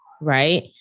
Right